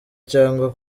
cyangwa